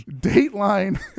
Dateline